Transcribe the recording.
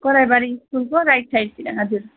कराइबारी स्कुलको राइट साइडतिर हजुर